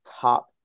top